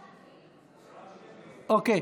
אוקיי.